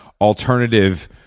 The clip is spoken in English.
alternative